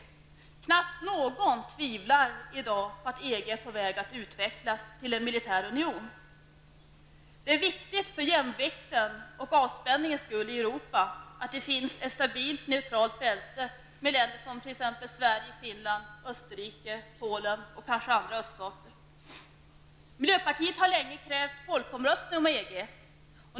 Knappt någon tvivlar i dag på att EG är på väg att utvecklas till en militär union. Det är viktigt för jämvikten och avspänningens skull i Europa att det finns ett stabilt neutralt bälte med länder som Sverige, Finland, Österrike, Polen och kanske andra öststater. Miljöpartiet har länge krävt folkomröstning om EG.